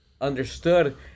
understood